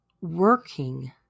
working